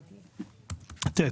(ט)